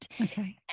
Okay